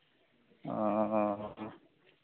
ओ